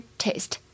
taste